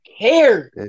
care